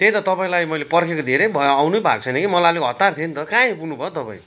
त्यही त तपाईँलाई मैले पर्खेको धेरै भयो आउनै भएको छैन कि मलाई अलिक हतार थियो नि त कहाँ आइपुग्नु भयो तपाईँ